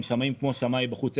הם שמאים כמו שמאי בחוץ.